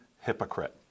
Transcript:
hypocrite